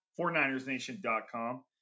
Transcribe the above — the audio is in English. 49ersNation.com